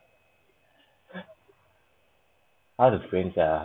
how to frame sia